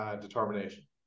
determination